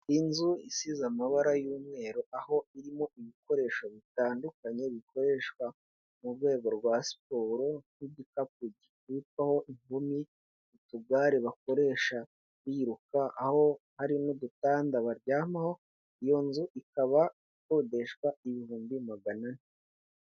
Inzu isize amabara y'umweru, aho irimo ibikoresho bitandukanye bikoreshwa mu rwego rwa siporo n'udukapu dukubitwaho ingumi, utugare bakoresha biruka, aho hari n'udutanda baryamaho. Iyo nzu ikaba ikodeshwa ibihumbi magana ane.